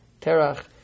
Terach